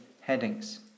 headings